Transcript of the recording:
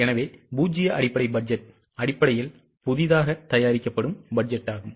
எனவே பூஜ்ஜிய அடிப்படை பட்ஜெட் அடிப்படையில் புதிதாக தயாரிக்கப்படும் பட்ஜெட் ஆகும்